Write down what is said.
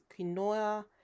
quinoa